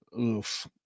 oof